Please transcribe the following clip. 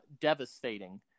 devastating